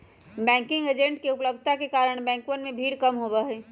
banking agents के उपलब्धता के कारण बैंकवन में भीड़ कम होबा हई